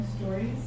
stories